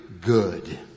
good